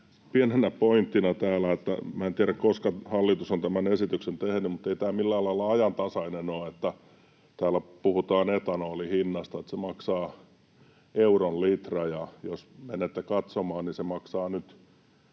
pienenä pointtina täällä — minä en tiedä, koska hallitus on tämän esityksen tehnyt, mutta ei tämä millään lailla ajantasainen ole — että täällä puhutaan etanolin hinnasta, että se maksaa euron litra. Jos menette katsomaan, niin se maksaa nyt